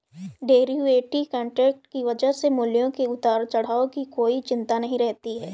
derivative contract की वजह से मूल्यों के उतार चढ़ाव की कोई चिंता नहीं रहती है